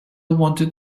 wanted